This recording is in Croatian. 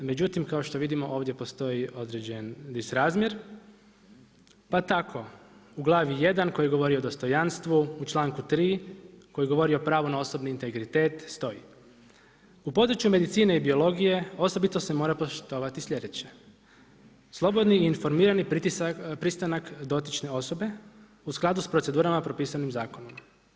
Međutim, kao što vidimo ovdje postoji određen disrazmjer, pa tako u glavi I. koji govori o dostojanstvu, u članku 3. koji govori o pravu na osobni integritet stoji: „U području medicine i biologije osobito se mora poštovati sljedeće: Slobodni i informirani pristanak dotične osobe u skladu sa procedurama propisanim zakonom.